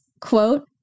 quote